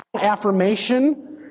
affirmation